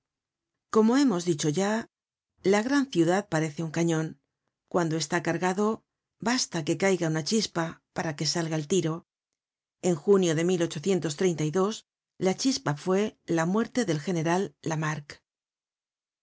como hemos dicho ya la gran ciudad parece un cañon cuando está cargado basta que caiga una chispa para que salga el tiro en junio de la chispa fue la muerte del general